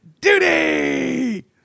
duty